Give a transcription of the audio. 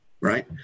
right